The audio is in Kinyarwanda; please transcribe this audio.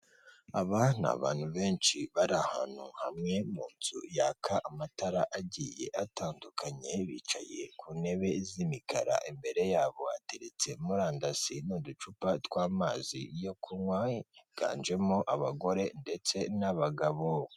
Abana ni abantu benshi bari ahantu hamwe mu nzu yaka amatara agiye atandukanye bicaye ku ntebe z'imikara, imbere yabo hateretse murandasi n'uducupa tw'amazi yo kunywa higanjemo abagore ndetse n'abagabo.